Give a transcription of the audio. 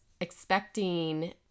expecting